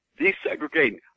Desegregating